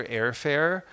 airfare